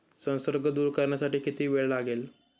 संसर्ग दूर करण्यासाठी किती वेळ लागेल?